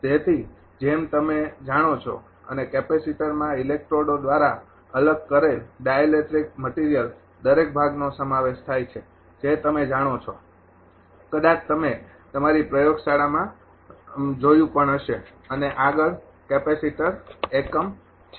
તેથી જેમ તમે જાણો છો અને કેપેસીટરમાં ઈલેકટ્રોડો દ્વારા અલગ કરેલ ડાઇઈલેકટ્રીકલ મટિરિયલ દરેક ભાગનો સમાવેશ થાય છે જે તમે જાણો છો કદાચ તમે તમારી પ્રયોગશાળામાં પણ જોયું હશે અને આગળ કેપેસિટર એકમ છે